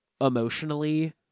emotionally